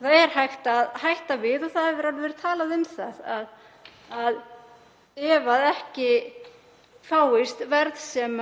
Það er hægt að hætta við og það hefur verið talað um það að ef ekki fáist verð sem